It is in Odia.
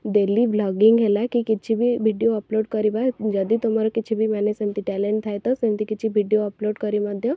ଡେଲି ବ୍ଲଗିଂ ହେଲା କି କିଛି ବି ଭିଡ଼ିଓ ଅପଲୋଡ଼୍ କରିବା ଯଦି ତୁମର କିଛି ବି ମାନେ ସେମିତି ଟ୍ୟାଲେଣ୍ଟ୍ ଥାଏ ତ ସେମିତି କିଛି ଭିଡ଼ିଓ ଅପଲୋଡ଼୍ କରି ମଧ୍ୟ